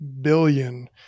billion